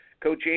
Coach